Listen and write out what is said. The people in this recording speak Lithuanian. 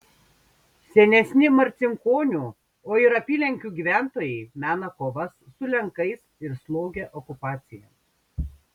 senesni marcinkonių o ir apylinkių gyventojai mena kovas su lenkais ir slogią okupaciją